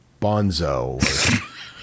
Bonzo